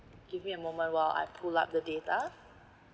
give me a moment while I pull up the data